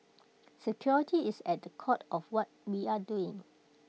security is at the core of what we are doing